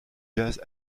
jazz